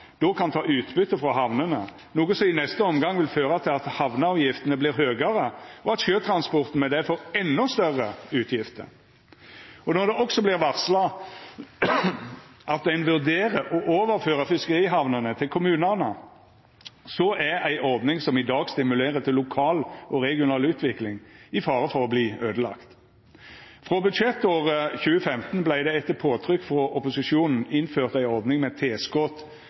då kan ta utbytte frå hamnene, noko som i neste omgang vil føra til at hamneavgiftene vert høgare, og at sjøtransporten med det får endå større utgifter. Og når det også vert varsla at ein vurderer å overføra fiskerihamnene til kommunane, er ei ordning som i dag stimulerer til lokal og regional utvikling, i fare for å verta øydelagd. Frå budsjettåret 2015 vart det etter påtrykk frå opposisjonen innført ei ordning med tilskot